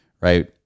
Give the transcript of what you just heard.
right